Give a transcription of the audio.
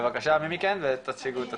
בבקשה מי מכן ותציגו את עצמיכן.